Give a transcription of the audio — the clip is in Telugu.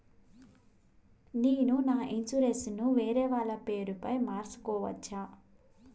నేను నా ఇన్సూరెన్సు ను వేరేవాళ్ల పేరుపై మార్సుకోవచ్చా?